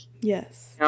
Yes